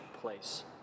place